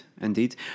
indeed